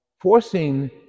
forcing